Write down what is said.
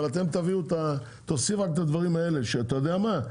אבל תוסיף רק את הדברים האלה, אתה יודע מה?